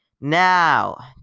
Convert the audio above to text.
Now